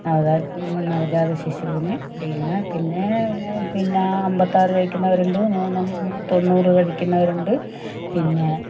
നവധാത്തി നവജാതശിശുവിന് ചെയ്യുന്നത് പിന്നെ പിന്നെ അമ്പത്താറു കഴിക്കുന്നവരുണ്ട് മൂന്നും തൊണ്ണൂറ് കഴിക്കുന്നവരുണ്ട് പിന്നെ